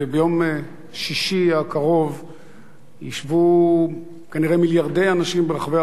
ביום שישי הקרוב ישבו כנראה מיליארדי אנשים ברחבי